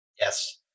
yes